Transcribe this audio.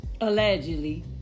allegedly